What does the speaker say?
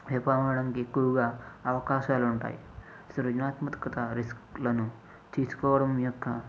ఎక్కువగా అవకాశలుంటాయి సృజనాత్మతకత రిస్కులను తీసుకోవడం యొక్క